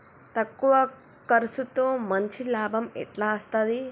తక్కువ కర్సుతో మంచి లాభం ఎట్ల అస్తది?